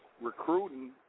recruiting